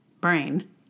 brain